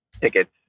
tickets